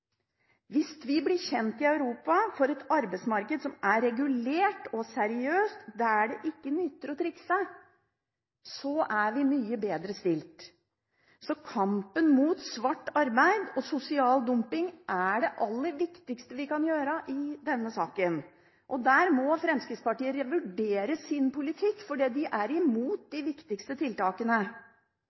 viktigste vi kan gjøre, handler om arbeidsmarkedet. Hvis vi blir kjent i Europa for å ha et arbeidsmarked som er regulert og seriøst, der det ikke nytter å trikse, er vi mye bedre stilt. Kampen mot svart arbeid og sosial dumping er det aller viktigste i denne saken. Der må Fremskrittspartiet revurdere sin politikk, for de er imot